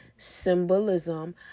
symbolism